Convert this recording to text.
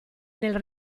nel